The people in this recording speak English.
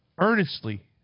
Earnestly